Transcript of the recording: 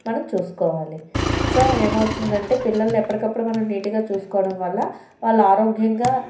మనం చూసుకోవాలి సో ఏమైతుందంటే పిల్లల్ని ఎప్పటికప్పుడు నీట్గా చూసుకోవడం వల్ల వాళ్ళు ఆరోగ్యంగా